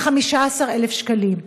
כ-15,000 שקלים.